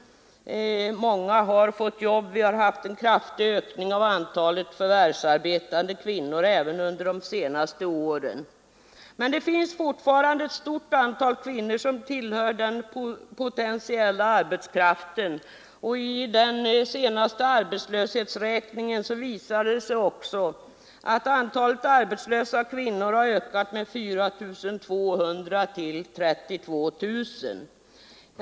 Många har fått jobb; vi har haft en kraftig ökning av antalet förvärvsarbetande kvinnor även under de senaste åren. Men det finns fortfarande ett stort antal kvinnor som tillhör den potentiella arbetskraften, och i den senaste arbetslöshetsräkningen visade det sig ju att antalet arbetslösa kvinnor ökat med 4 200 till 32 000.